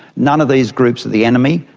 none of these groups are the enemy,